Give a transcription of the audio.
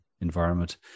environment